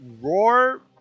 Roar